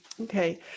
Okay